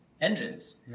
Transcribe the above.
engines